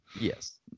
yes